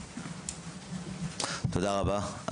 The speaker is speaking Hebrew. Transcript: תודה רבה,